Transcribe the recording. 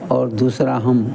और दूसरा हम